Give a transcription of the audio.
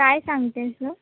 काय सांगतेस ग